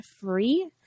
free